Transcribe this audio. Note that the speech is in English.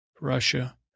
Russia